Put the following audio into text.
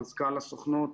מזכ"ל הסוכנות,